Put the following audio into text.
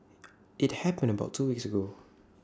IT happened about two weeks ago